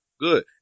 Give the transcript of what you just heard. good